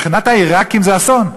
מבחינת העיראקים זה אסון.